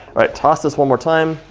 right, toss us one more time.